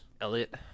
Elliot